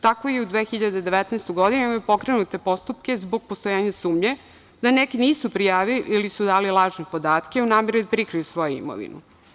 Tako je i u 2019. godini pokrenut postupak zbog postojanja sumnje da neki nisu prijavili, ili su dali lažne podatke, u nameri da prikriju svoju imovinu.